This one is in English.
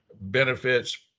benefits